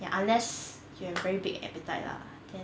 ya unless you have very big appetite lah then